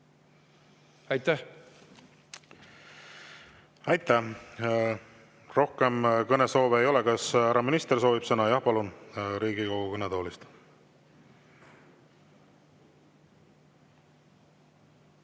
Aitäh! Aitäh! Rohkem kõnesoove ei ole. Kas härra minister soovib sõna? Jah, palun, Riigikogu kõnetoolist!